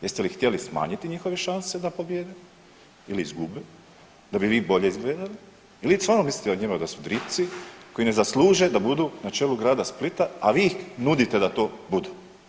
Jeste li htjeli smanjiti njihove šanse da pobijede ili izgube da bi vi bolje izgledali jel vi stvarno mislite o njima da su dripci koji ne zasluže da budu na čelu grada Splita, a vi ih nudite da to budu.